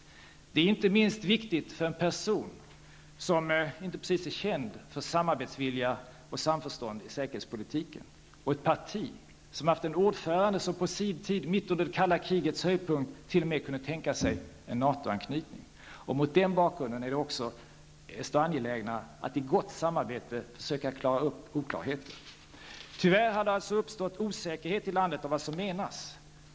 Det är inte minst viktigt för en person som inte precis är känd för samarbetsvilja och samförstånd i säkerhetspolitiken och för ett parti som har haft en ordförande som på sin tid, mitt under det kalla krigets höjdpunkt, till och med kunde tänka sig en NATO-anknytning. Mot den bakgrunden är det också mycket angeläget att i gott samarbete försöka klara upp oklarheter. Tyvärr har det alltså uppstått osäkerhet i landet om vad som menas.